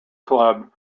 club